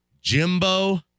Jimbo